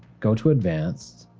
go to advanced,